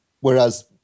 whereas